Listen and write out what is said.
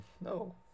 No